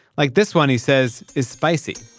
like this one, he says, is spicy